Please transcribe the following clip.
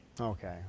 Okay